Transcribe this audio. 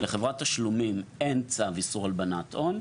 לחברת תשלומים אין צו איסור הלבנת הון,